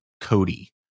Cody